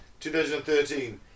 2013